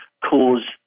cause